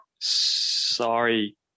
sorry